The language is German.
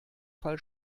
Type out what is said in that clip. fall